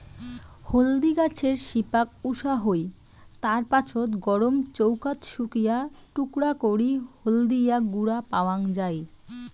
হলদি গছের শিপাক উষা হই, তার পাছত গরম চৌকাত শুকিয়া টুকরা করি হলদিয়া গুঁড়া পাওয়াং যাই